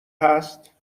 هست